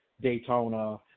Daytona